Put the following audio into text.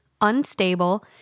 unstable